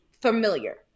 familiar